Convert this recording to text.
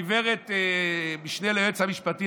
גברת משנה ליועץ המשפטי,